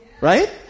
Right